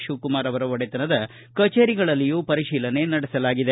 ಶಿವಕುಮಾರ್ ಅವರ ಒಡೆತನದ ಕಚೇರಿಗಳಲ್ಲಿಯೂ ಪರಿಶೀಲನೆ ನಡೆಸಲಾಗಿದೆ